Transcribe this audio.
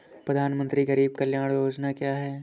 प्रधानमंत्री गरीब कल्याण योजना क्या है?